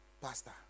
pastor